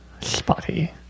Spotty